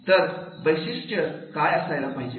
तर वैशिष्ट काय असायला पाहिजे